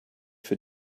für